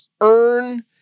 earn